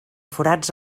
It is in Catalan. forats